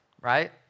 right